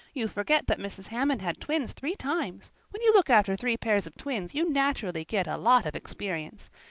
you forget that mrs. hammond had twins three times. when you look after three pairs of twins you naturally get a lot of experience.